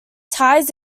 ties